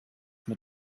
mit